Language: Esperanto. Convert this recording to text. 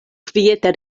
kviete